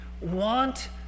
want